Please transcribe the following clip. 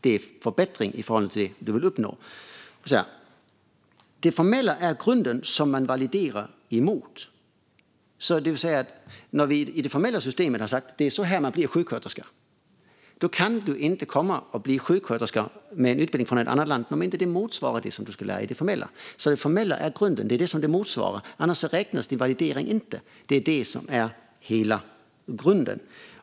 Det är en förbättring i förhållande till vad man vill uppnå. Det formella är den grund som det valideras gentemot. När vi i det formella systemet har sagt att det är så här man blir sjuksköterska kan man inte komma och bli sjuksköterska med en utbildning från ett annat land om den inte motsvarar det man ska lära sig i det formella systemet. Det formella är alltså grunden - det som det andra ska motsvara. Annars räknas valideringen inte. Det är detta som är hela grunden.